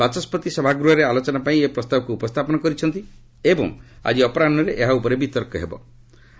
ବାଚସ୍କତି ସଭାଗୃହରେ ଆଲୋଚନାପାଇଁ ଏହି ପ୍ରସ୍ତାବକୁ ଉପସ୍ଥାପନ କରିଛନ୍ତି ଏବଂ ଆଜି ଅପରାହ୍ୱରେ ଏହା ଉପରେ ବିତର୍କ କରାହେବ